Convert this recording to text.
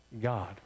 God